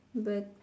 but